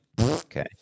Okay